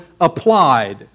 Applied